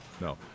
no